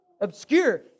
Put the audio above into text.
Obscure